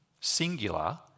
singular